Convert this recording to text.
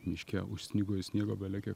miške užsnigo ir sniego belekiek